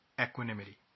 equanimity